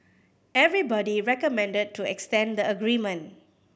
everybody recommended to extend the agreement